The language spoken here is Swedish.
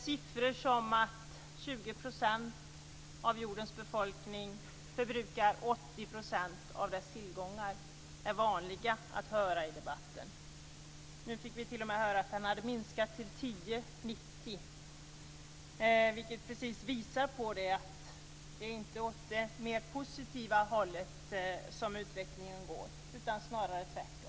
Siffror som att 20 % av jordens befolkning förbrukar 80 % av dess tillgångar är vanliga att höra i debatten. Nu fick vi t.o.m. höra att det minskat till 10/90, vilket precis visar på att det inte är åt det mer positiva hållet som utvecklingen går, snarare tvärtom.